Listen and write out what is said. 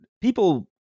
people